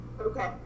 Okay